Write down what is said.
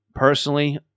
Personally